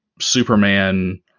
Superman